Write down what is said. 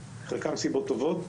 חלקן סיבות טובות,